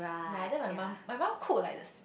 ya then my mum my mum cook like there's